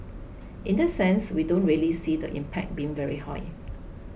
in that sense we don't really see the impact being very high